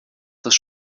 das